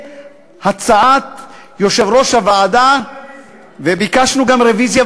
הצעת יושב-ראש הוועדה וביקשנו גם רוויזיה.